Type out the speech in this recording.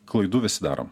klaidų visi darom